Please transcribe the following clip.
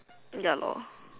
ya lor